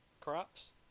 Crops